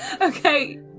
Okay